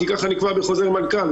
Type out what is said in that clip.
כי ככה נקבע בחוזר מנכ"ל,